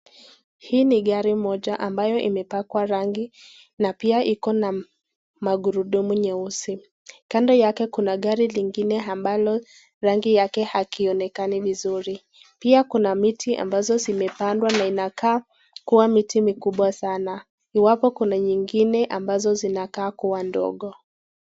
Hili ni gari moja ambayo imepakwa rangi na pia iko na magurudumu nyeuse. Kando yake kuna gari lingine ambalo rangi yake hakionekani vizuri. Pia kuna miti ambazo zimepandwa na inakaa kuwa miti mikubwa sana. Iwapo kuna nyingine ambazo zinakaa kuwa ndogo.